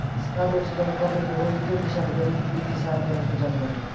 सरकार लोग से जवन कर लेत हवे उ के भी सार्वजनिक वित्त हिसाब में रखल जात बाटे